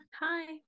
Hi